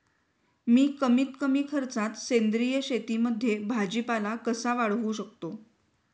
मी कमीत कमी खर्चात सेंद्रिय शेतीमध्ये भाजीपाला कसा वाढवू शकतो?